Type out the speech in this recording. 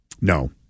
No